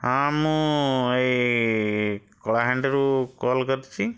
ହଁ ମୁଁ ଏଇ କଳାହାଣ୍ଡିରୁ କଲ୍ କରିଛି